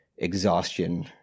exhaustion